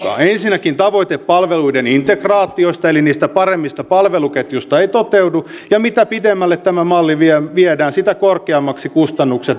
ensinnäkin tavoite palveluiden integraatiosta eli niistä paremmista palveluketjuista ei toteudu ja mitä pidemmälle tämä malli viedään sitä korkeammaksi kustannukset nousevat